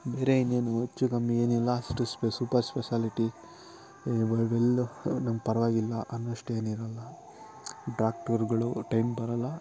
ಬೇರೆ ಇನ್ನೇನು ಹೆಚ್ಚು ಕಮ್ಮಿ ಏನಿಲ್ಲ ಅಷ್ಟು ಸ್ಪೆ ಸೂಪರ್ ಸ್ಪೆಶಾಲಿಟಿ ಇವಾಗೆಲ್ಲ ಹ ನಮ್ಮ ಪರವಾಗಿಲ್ಲ ಅನ್ನುವಷ್ಟು ಏನು ಇರೋಲ್ಲ ಡಾಕ್ಟರುಗಳು ಟೈಮಿಗೆ ಬರೋಲ್ಲ